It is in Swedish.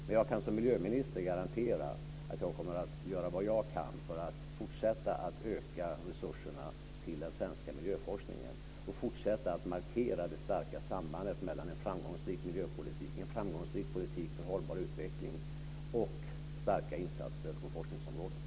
Men jag kan som miljöminister garantera att jag kommer att göra vad jag kan för att fortsätta öka resurserna till den svenska miljöforskningen och fortsätta markera det starka sambandet mellan en framgångsrik miljöpolitik, en framgångsrik politik för hållbar utveckling, och starka insatser på forskningsområdet.